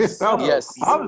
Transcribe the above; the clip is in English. Yes